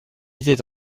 était